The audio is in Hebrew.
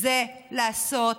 זה לעשות,